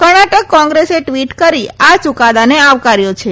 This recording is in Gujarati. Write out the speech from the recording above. કર્ણાટક કોંગ્રેસે ટ્વીટ કરી આ યુકાદાને આવકાર્યો છે